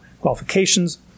qualifications